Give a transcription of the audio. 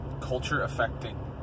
culture-affecting